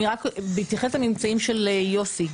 בהתייחס לממצאים של יוסי,